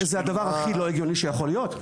זה הדבר הכי לא הגיוני שיכול להיות.